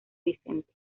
vicente